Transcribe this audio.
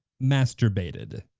masturbated.